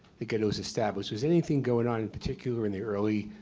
the ghetto was established. was anything going on in particular in the early